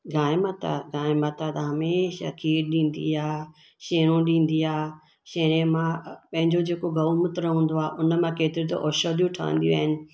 गांहि माता गांहि माता तव्हांखे हमेशह खीर ॾींदी आहे शेऊं ॾींदी आहे शेरे मां पंहिंजो जेको गऊं मुत्र हूंदो आहे उन मां केतिरो औषधियूं ठहंदियूं आहिनि